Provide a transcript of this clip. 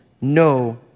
no